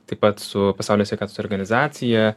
taip pat su pasaulio sveikatos organizacija